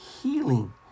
healing